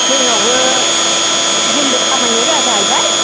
जोंनावबो जोंबो खामायनो रोङा जाहैबाय